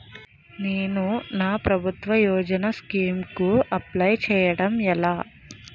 నేను నా ప్రభుత్వ యోజన స్కీం కు అప్లై చేయడం ఎలా?